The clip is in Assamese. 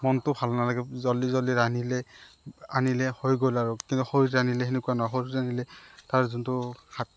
মনটো ভাল নালাগে জলদি জলদি ৰান্ধিলে আনিলে হৈ গ'ল আৰু কিন্তু খৰিত ৰান্ধিলে সেনেকুৱা নহয় খৰিত ৰান্ধিলে তাৰ যোনটো